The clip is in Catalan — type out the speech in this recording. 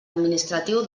administratiu